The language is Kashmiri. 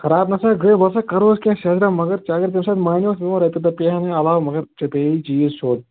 خَراب نَسا گٔیو وَلہٕ سٲ کٔرہوٗس کیٚنٛہہ سیٚزراہ مگر ژےٚ اگر تَمہِ ساتہٕ مانیٛوتھ میٛون رۅپیہِ دَہ پیٚہنے عَلاوٕ مگر ژےٚ پیٚہِی چیٖز سیوٗد